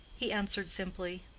he answered simply,